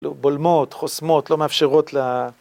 לא, בולמות, חוסמות, לא מאפשרות ל...